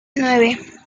nueve